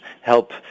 help